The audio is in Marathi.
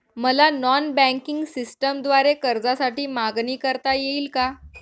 मला नॉन बँकिंग सिस्टमद्वारे कर्जासाठी मागणी करता येईल का?